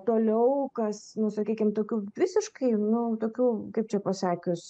toliau kas nu sakykim tokių visiškai nu tokių kaip čia pasakius